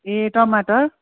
ए टमाटर